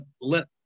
let